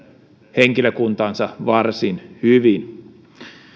henkilökuntaansa varsin hyvin